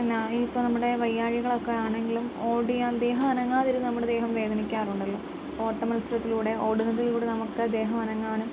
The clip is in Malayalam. എന്താണ് ഇപ്പം നമ്മുടെ വയ്യായ്കകളൊക്കെ ആണെങ്കിലും ഓടിയാൽ ദേഹം അനങ്ങാതിരുന്ന് നമ്മുടെ ദേഹം വേദനിക്കാറുണ്ടല്ലോ ഓട്ടമത്സരത്തിലൂടെ ഓടുന്നതിലൂടെ നമുക്ക് ദേഹം അനങ്ങാനും